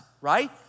right